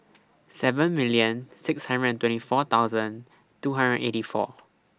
seven million six hundred and twenty four two hundred and eighty four